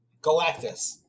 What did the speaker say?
Galactus